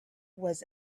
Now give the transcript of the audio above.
was